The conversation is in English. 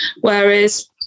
Whereas